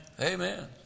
amen